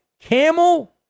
camel